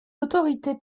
autorités